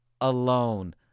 alone